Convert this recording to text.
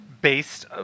based